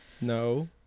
no